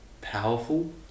powerful